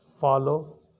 follow